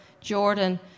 Jordan